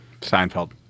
Seinfeld